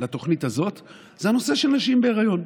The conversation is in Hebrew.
לתוכנית הזאת זה הנושא של נשים בהיריון.